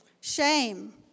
Shame